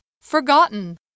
Forgotten